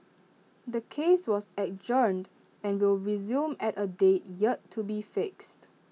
the case was adjourned and will resume at A date yet to be fixed